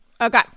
Okay